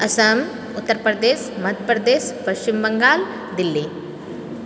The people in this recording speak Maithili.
असम उत्तरप्रदेश मध्यप्रदेश पश्चिमबङ्गाल दिल्ली